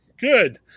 good